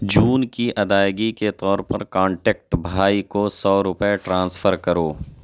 جون کی ادائیگی کے طور پر کانٹیکٹ بھائی کو سو روپئے ٹرانسفر کرو